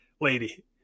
lady